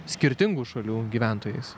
skirtingų šalių gyventojais